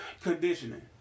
Conditioning